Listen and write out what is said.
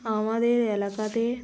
আমাদের এলাকাতে